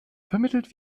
vermittelt